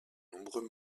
nombreux